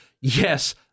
yes